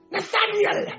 Nathaniel